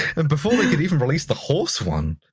and before they could even release the horse one!